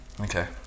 Okay